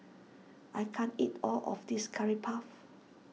I can't eat all of this Curry Puff